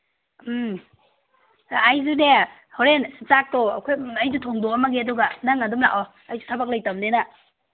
ꯎꯝ ꯑꯩꯁꯨꯅꯦ ꯍꯣꯔꯦꯟ ꯆꯥꯛꯇꯣ ꯑꯩꯈꯣꯏ ꯑꯩꯁꯨ ꯊꯣꯡꯗꯣꯛꯑꯝꯃꯒꯦ ꯑꯗꯨꯒ ꯅꯪ ꯑꯗꯨꯝ ꯂꯥꯛꯑꯣ ꯑꯩꯁꯨ ꯊꯕꯛ ꯂꯩꯇꯕꯅꯤꯅ